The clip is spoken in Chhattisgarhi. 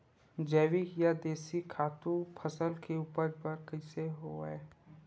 जैविक या देशी खातु फसल के उपज बर कइसे होहय?